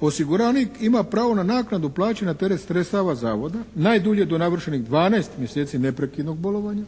osiguranik ima pravo na naknadu plaće na teret sredstava zavoda najdulje do navršenih dvanaest mjeseci neprekidnog bolovanja